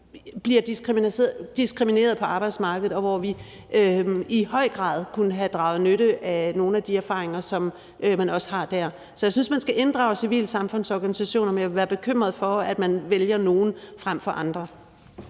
bliver diskrimineret på arbejdsmarkedet. Der kunne vi i høj grad have draget nytte af nogle af de erfaringer, som man også har der. Så jeg synes, at man skal inddrage civilsamfundsorganisationer, men jeg ville være bekymret for, at man vælger nogle frem for andre.